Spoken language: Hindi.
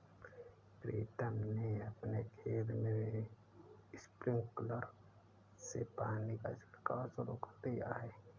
प्रीतम ने अपने खेत में स्प्रिंकलर से पानी का छिड़काव शुरू कर दिया है